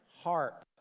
Heart